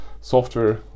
software